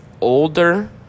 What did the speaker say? older